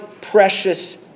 precious